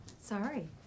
Sorry